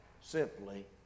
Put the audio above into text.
simply